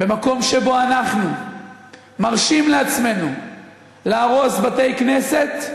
במקום שבו אנחנו מרשים לעצמנו להרוס בתי-כנסת,